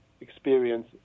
experience